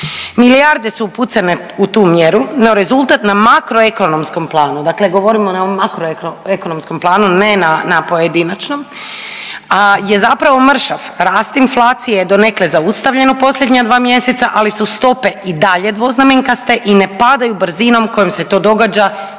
Milijarde su upucane u tu mjeru, no rezultat na makroekonomskom planu dakle govorimo na onom makroekonomskom planu ne na pojedinačno je zapravo mršav. Rast inflacije je donekle zaustavljen u posljednja dva mjeseca, ali su stope i dalje dvoznamenkaste i ne padaju brzinom kojom se to događa